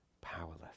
powerless